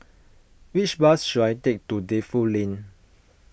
which bus should I take to Defu Lane